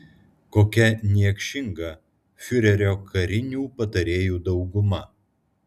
kokia niekšinga fiurerio karinių patarėjų dauguma